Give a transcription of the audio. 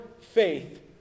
faith